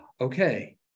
okay